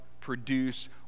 produce